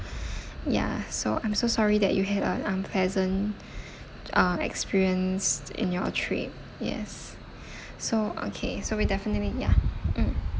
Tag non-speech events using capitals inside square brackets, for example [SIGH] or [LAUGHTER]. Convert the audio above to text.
[BREATH] ya so I'm so sorry that you had a unpleasant [BREATH] uh experience in your trip yes [BREATH] so okay so we definitely ya mm